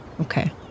Okay